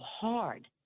hard